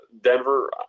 Denver